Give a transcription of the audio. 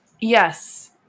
Yes